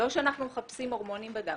לא שאנחנו מחפשים הורמונים בדם,